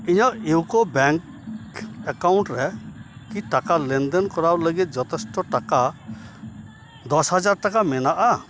ᱤᱧᱟᱹᱜ ᱤᱭᱩ ᱠᱳ ᱵᱮᱝᱠ ᱮᱠᱟᱣᱩᱱᱴ ᱨᱮ ᱠᱤ ᱴᱟᱠᱟ ᱞᱮᱱᱫᱮᱱ ᱠᱚᱨᱟᱣ ᱞᱟᱹᱜᱤᱫ ᱡᱚᱛᱷᱮᱥᱴᱚ ᱴᱟᱠᱟ ᱫᱚᱥ ᱦᱟᱡᱟᱨ ᱴᱟᱠᱟ ᱢᱮᱱᱟᱜᱼᱟ